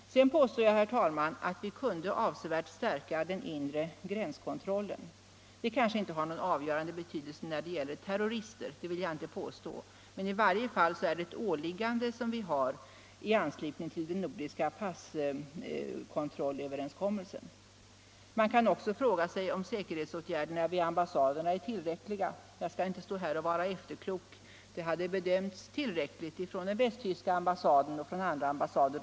Jag påstår också, herr talman, att vi kunde stärka den inre gränskontrollen avsevärt. Detta kanske inte har någon avgörande betydelse när det gäller terrorister, men det är i varje fall ett åliggande vi har i anslutning till den nordiska passkontrollöverenskommelsen. Man kan vidare fråga sig om säkerhetsåtgärderna vid ambassaderna är tillräckliga, men jag skall inte stå här och vara efterklok. Åtgärderna hade bedömts vara tillräckliga av den västtyska ambassaden och av andra — Nr 78 ambassader.